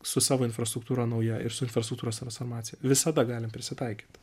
su savo infrastruktūra nauja ir su infrastruktūros transformacija visada galim prisitaikyt